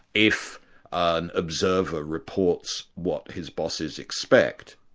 if an observer reports what his bosses expect,